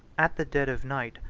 at the dead of night,